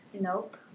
Nope